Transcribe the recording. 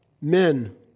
men